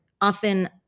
often